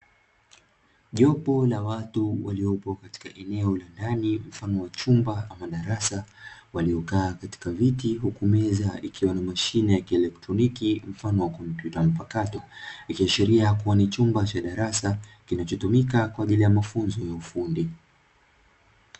Jopo la watu waliopo katika eneo la ndani mfano wa chumba ama darasa waliokaa katika viti huku meza ikiwa na mashine ya kielektroniki mfano wa kompyuta mpakato, ikiashiria kuwa ni chumba cha darasa kinachotumika kwa ajili ya mafunzo ya ufundi.